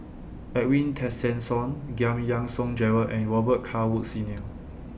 Edwin Tessensohn Giam Yean Song Gerald and Robet Carr Woods Senior